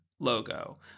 logo